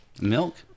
Milk